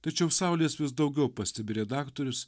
tačiau saulės vis daugiau pastebi redaktorius